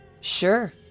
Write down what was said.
Sure